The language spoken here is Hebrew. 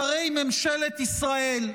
שרי ממשלת ישראל,